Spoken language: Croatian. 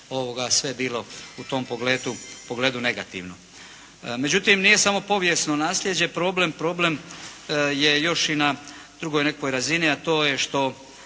sve bilo u tom pogledu negativno. Međutim, nije samo povijesno naslijeđe problem, problem je još i na drugoj nekoj razini a to je što